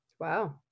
Wow